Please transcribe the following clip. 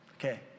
Okay